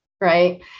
right